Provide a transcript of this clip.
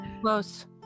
Close